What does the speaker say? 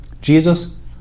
Jesus